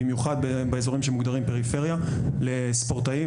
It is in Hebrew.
במיוחד באזורים שמוגדרים פריפריה לספורטאים